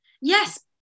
yes